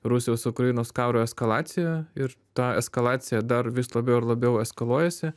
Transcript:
rusijos ukrainos karo eskalaciją ir ta eskalacija dar vis labiau ir labiau eskaluojasi